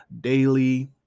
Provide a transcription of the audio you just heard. daily